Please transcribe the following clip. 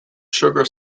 sugar